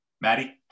maddie